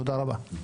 תודה רבה.